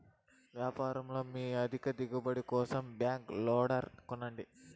వ్యవసాయంలో మీ అధిక దిగుబడి కోసం బ్యాక్ లోడర్ కొనండి